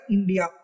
India